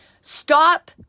stop